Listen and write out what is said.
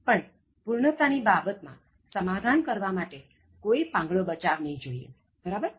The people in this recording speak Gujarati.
પણ પૂર્ણતા ની બાબતમાં સમાધાન કરવા માટે કોઇ પાંગળો બચાવ નહી જોઇએ બરાબર